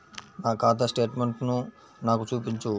నా ఖాతా స్టేట్మెంట్ను నాకు చూపించు